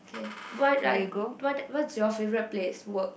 K what what what's your favorite place work